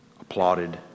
applauded